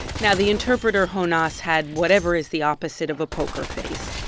now, the interpreter, jonas, had whatever is the opposite of a poker face.